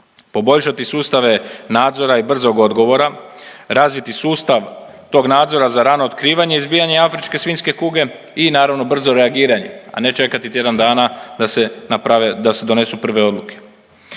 Poboljšati sustave nadzora i brzog odgovora, razviti sustav tog nadzora za rano otkrivanje i izbijanje afričke svinjske kuge i naravno brzo reagiranje, a ne čekati tjedan dana da se naprave, da se